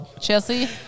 Chelsea